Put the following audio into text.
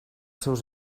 seus